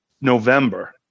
November